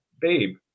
babe